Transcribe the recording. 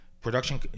production